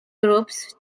groups